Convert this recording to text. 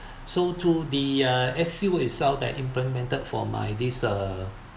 so through the uh S_C_O itself that implemented for my this uh